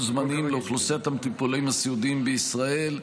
זמניים לאוכלוסיית המטופלים הסיעודיים בישראל,